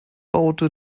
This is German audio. baute